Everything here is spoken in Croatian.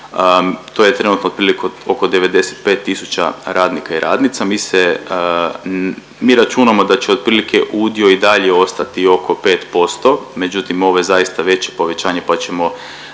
to je trenutno otprilike oko 95 tisuća radnika i radnica, mi se mi računamo da će otprilike udio i dalje ostati oko 5%, međutim ovo je zaista veće povećanje pa ćemo